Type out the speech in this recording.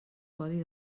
codi